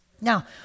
Now